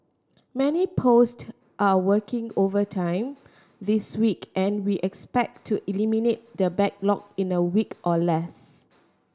many post are working overtime this week and we expect to eliminate the backlog in a week or less